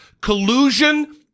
collusion